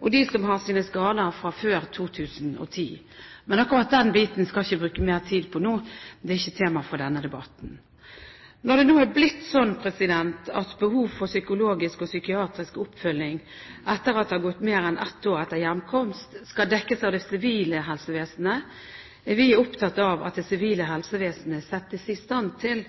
og de som har sine skader fra før 2010. Men akkurat den biten skal jeg ikke bruke mer tid nå, det er ikke tema for denne debatten. Når det nå er blitt sånn at behov for psykologisk og psykiatrisk oppfølging etter at det har gått mer enn ett år etter hjemkomst, skal dekkes av det sivile helsevesenet, er vi opptatt av at det sivile helsevesenet settes i stand til